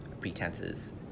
pretenses